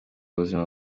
ubuzima